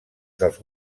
dels